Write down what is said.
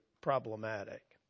problematic